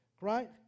right